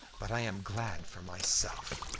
but i am glad for myself.